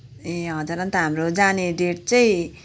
ए हजुर अन्त हाम्रो जाने डेट चाहिँ